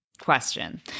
question